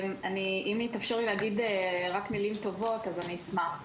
אם יתאפשר לי להגיד רק מילים טובות, אני אשמח.